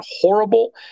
horrible